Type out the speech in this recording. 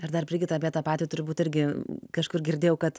ir dar brigita apie tą patį turbūt irgi kažkur girdėjau kad